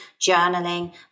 journaling